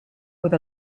with